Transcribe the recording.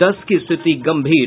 दस की स्थिति गंभीर